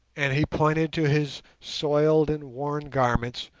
and he pointed to his soiled and worn garments,